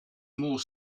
more